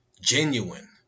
genuine